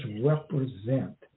represent